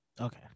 okay